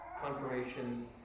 confirmation